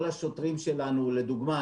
לדוגמה,